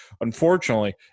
unfortunately